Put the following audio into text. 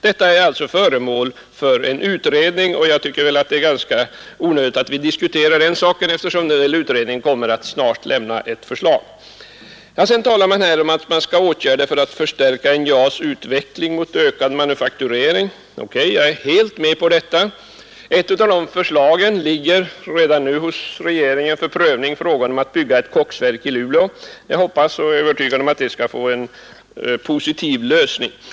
Den frågan är sålunda föremål för utredning, och då tycker jag det är ganska onödigt att här diskutera den pansion i Norrbotten och andra regioner med sysselsättningssvårigheter saken, eftersom utredningen väl snart kommer att lägga fram sitt förslag. Vidare talas det om att vidta åtgärder för att främja NJA:s utveckling mot ökad manufakturering. OK! Jag är helt med på det. Och ett av förslagen ligger redan nu hos regeringen för prövning, nämligen frågan om att bygga ett koksverk i Luleå. Jag är övertygad om att den frågan skall få en positiv lösning.